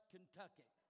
Kentucky